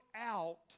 out